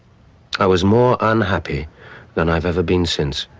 i was more unhappy than i've ever been since.